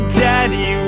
daddy